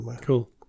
Cool